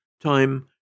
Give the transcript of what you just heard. Time